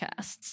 podcasts